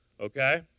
Okay